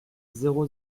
zéro